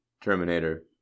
Terminator